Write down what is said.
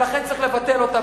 ולכן צריך לבטל אותה.